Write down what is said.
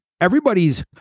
Everybody's